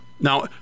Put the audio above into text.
Now